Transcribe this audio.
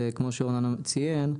כמו שאורנן ציין,